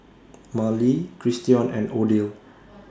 Marley Christion and Odile